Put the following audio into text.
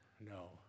no